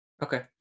Okay